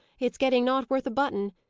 it's getting not worth a button.